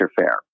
fair